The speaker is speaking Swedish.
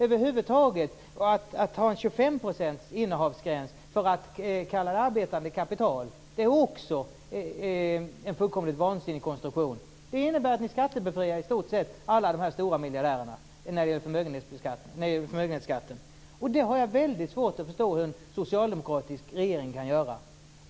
Det är en fullkomligt vansinnig konstruktion att ha en 25 procentig innehavsgräns för arbetande kapital. Det innebär att ni skattebefriar i stort sett alla miljardärerna i fråga om förmögenhetsskatten. Jag har svårt att förstå hur en socialdemokratisk regering kan göra så.